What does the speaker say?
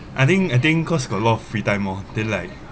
I think I think cause got a lot of free time oh then like